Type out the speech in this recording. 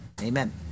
amen